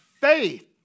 faith